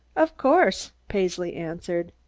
of course, paisley answered,